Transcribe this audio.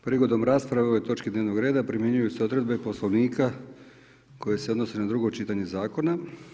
Prigodom rasprave o ovoj točci dnevnog reda, primjenjuju se obveze poslovnika koje se odnose na drugo čitanje zakona.